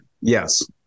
Yes